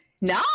no